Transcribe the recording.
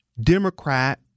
Democrat